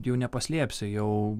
jau nepaslėpsi jau